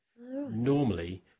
Normally